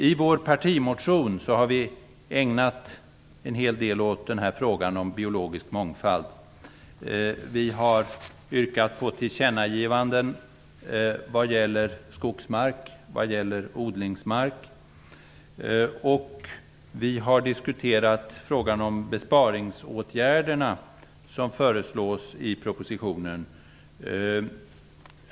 I vår partimotion har vi ägnat oss en hel del åt frågan om biologisk mångfald. Vi har yrkat på tillkännagivanden vad gäller skogsmark, odlingsmark och vi har diskuterat frågan om besparingsåtgärderna, som föreslås i propositionen.